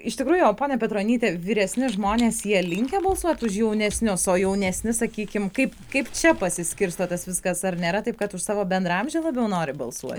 iš tikrųjų o pone petronyte vyresni žmonės jie linkę balsuot už jaunesnius o jaunesni sakykim kaip kaip čia pasiskirsto tas viskas ar nėra taip kad už savo bendraamžį labiau nori balsuot